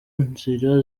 nzira